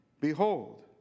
behold